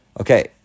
Okay